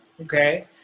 okay